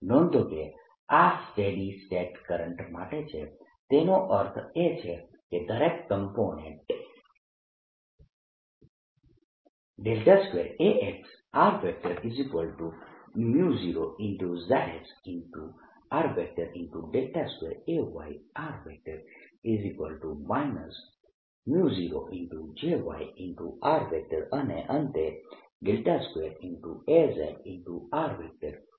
નોંધો કે આ સ્ટેડી સ્ટેટ કરંટ માટે છે તેનો અર્થ એ છે કે દરેક component 2Ax 0 Jx 2Ay 0 Jy અને અંતે 2Az 0 Jz છે